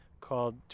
called